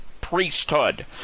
priesthood